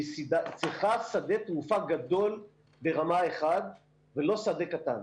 והיא צריכה שדה תעופה גדול ברמה 1, ולא שדה קטן.